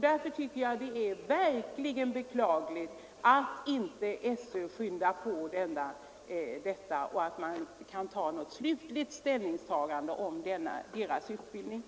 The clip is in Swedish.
Därför är det beklagligt att inte skolöverstyrelsen skyndar på utvärderingen så att vuxenutbildningen för de utvecklingsstörda kan genomföras i hela landet.